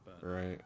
Right